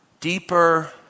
deeper